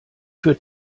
für